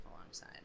alongside